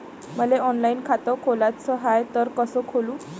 मले ऑनलाईन खातं खोलाचं हाय तर कस खोलू?